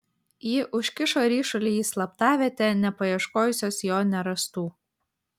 ji užkišo ryšulį į slaptavietę nepaieškojusios jo nerastų